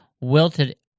wilted